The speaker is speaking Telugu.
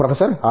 professor R